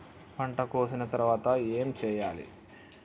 పంట కోసిన తర్వాత ఏం చెయ్యాలి?